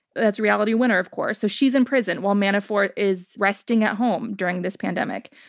that's reality winner, of course. so she's in prison while manafort is resting at home during this pandemic.